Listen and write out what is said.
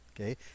Okay